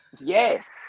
Yes